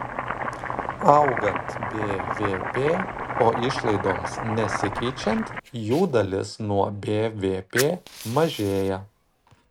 augant bvp o išlaidoms nesikeičiant jų dalis nuo bvp mažėja